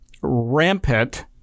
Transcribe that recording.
rampant